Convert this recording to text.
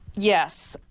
yes,